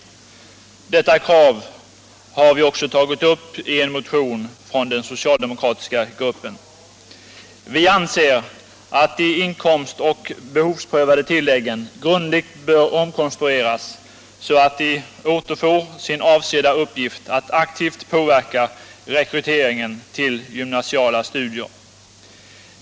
Detta krav tas upp i en motion från den socialdemokratiska gruppen. Vi anser att de inkomst och behovsprövade tilläggen grundligt bör omkonstrueras så att de återfår sin avsedda uppgift att aktivt påverka rekryteringen till gymnasiala studier.